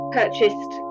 purchased